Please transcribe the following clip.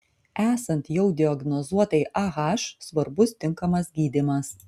esant jau diagnozuotai ah svarbus tinkamas gydymas